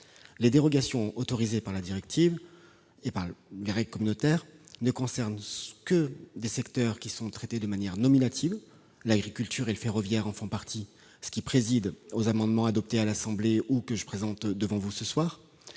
Les dérogations autorisées par la directive et les règles communautaires ne concernent que des secteurs traités de manière nominative. L'agriculture et le secteur ferroviaire en font partie, ce qui préside aux amendements déposés à l'Assemblée nationale et à ceux que je défends devant vous ce soir.